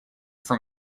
from